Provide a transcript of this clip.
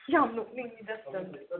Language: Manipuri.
ꯌꯥꯝ ꯅꯣꯛꯅꯤꯡꯉꯤꯗ